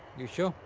you sure?